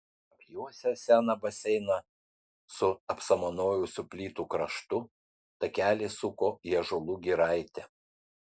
apjuosęs seną baseiną su apsamanojusių plytų kraštu takelis suko į ąžuolų giraitę